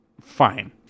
Fine